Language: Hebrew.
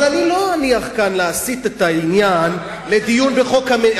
אבל אני לא אניח כאן להסיט את העניין לדיון בחוק,